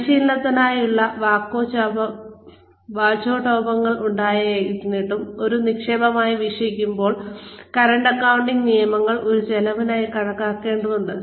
പരിശീലനത്തെക്കുറിച്ചുള്ള വാചാടോപങ്ങൾ ഉണ്ടായിരുന്നിട്ടും ഒരു നിക്ഷേപമായി വീക്ഷിക്കുമ്പോൾ കറന്റ് അക്കൌണ്ടിംഗ് നിയമങ്ങൾ ഒരു ചെലവായി കണക്കാക്കേണ്ടതുണ്ട്